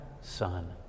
son